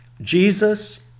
Jesus